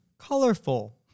colorful